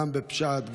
גם בפשט,